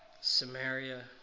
Samaria